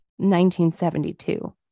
1972